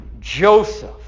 Joseph